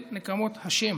אל נקמות השם.